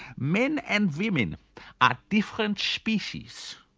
men and women are different species.